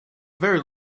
very